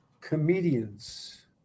comedians